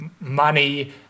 money